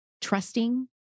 trusting